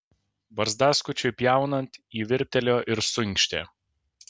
barzdaskučiui pjaunant ji virptelėjo ir suinkštė